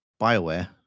BioWare